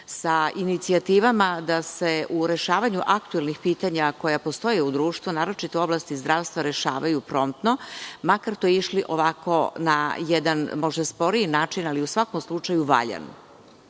sa inicijativama da se u rešavanju aktuelnih pitanja koja postoje u društvu, naročito u oblasti zdravstva, rešavaju promptno, makar išli ovako, ne jedan sporiji način, ali, u svakom slučaju valjan. Kada